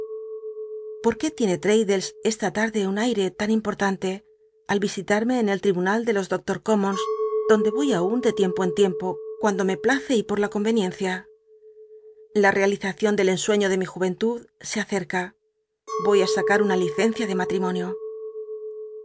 vor qué tiene traddles esta tarde un aire tan impol'i lmlc al visilatme en el ltibunal de los doclor's commons donde oy aun de tiempo en tiempo cuando me place y poi la com cnicncia la realizacion del cnsuciio de mi ju'cntud se acerca r oy sacar una licencia de